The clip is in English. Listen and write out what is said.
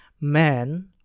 man